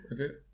okay